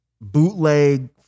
bootleg